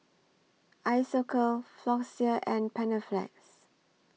Isocal Floxia and Panaflex